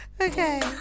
Okay